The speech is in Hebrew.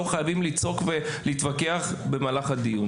לא חייבים לצעוק ולהתווכח במהלך הדיון.